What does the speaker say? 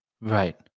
Right